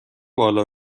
بالا